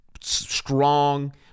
strong